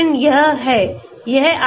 aspirin यह है